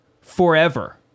forever